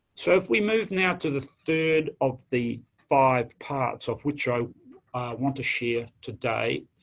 so, if we move now to the third of the five parts of which i want to share today,